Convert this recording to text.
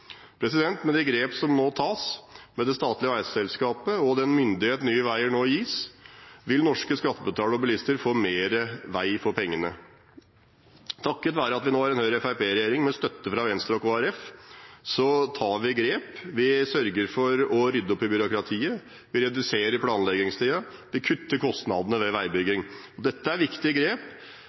Med de grep som nå tas med det statlige veiselskapet og den myndighet Nye Veier nå gis, vil norske skattebetalere og bilister få mer vei for pengene. Takket være at vi nå har en Høyre–Fremskrittsparti-regjering med støtte fra Venstre og Kristelig Folkeparti, tar vi grep. Vi sørger for å rydde opp i byråkratiet. Vi reduserer planleggingstiden. Vi kutter kostnadene ved veibygging. Dette er viktige grep